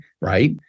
right